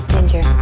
Ginger